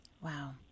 Wow